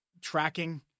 tracking